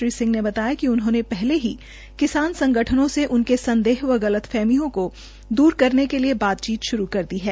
श्री सिंह ने बताया कि उन्होंने पहले ही किसान संगठनों से उनके संदेह व गलत फहमियां को दूर करने के लिए बातचीत शुरू कर दी है